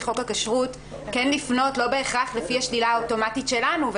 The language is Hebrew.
חוק הכשרות כן לפנות לא בהכרח לפי השלילה האוטומטית שלנו.